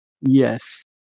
yes